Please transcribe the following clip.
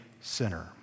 sinner